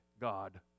God